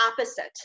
opposite